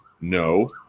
no